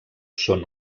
són